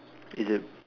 is it